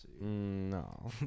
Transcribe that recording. No